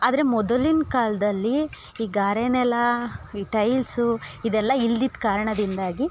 ಆದರೆ ಮೊದಲಿನ ಕಾಲದಲ್ಲಿ ಈ ಗಾರೆ ನೆಲ ಈ ಟೈಲ್ಸು ಇದೆಲ್ಲ ಇಲ್ದಿದ್ದ ಕಾರಣದಿಂದಾಗಿ